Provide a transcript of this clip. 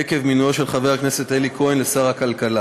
עקב מינויו של חבר הכנסת אלי כהן לשר הכלכלה